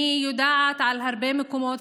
אני יודעת על הרבה מקומות,